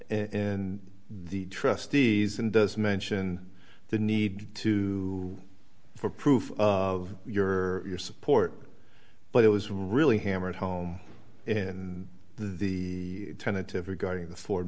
in the trustees and does mention the need to for proof of your your support but it was really hammered home in the tentative regarding the ford